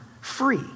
free